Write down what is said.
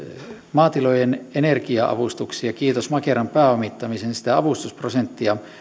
maatilojen energia avustuksien kiitos makeran pääomittamisen avustusprosenttia